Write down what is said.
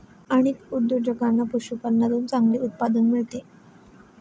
अनेक उद्योजकांना पशुपालनातून चांगले उत्पन्न मिळते